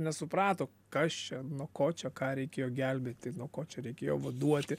nesuprato kas čia nuo ko čia ką reikėjo gelbėti nuo ko čia reikėjo vaduoti